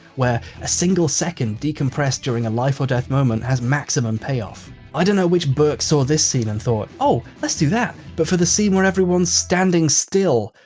where, a single second decompressed, during a life-or-death moment, has maximum payoff i don't know which burk saw this scene and thought oh, let's do that but for the scene where everyone's standing still.